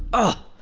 oh.